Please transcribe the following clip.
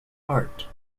hart